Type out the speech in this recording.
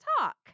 talk